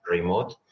Remote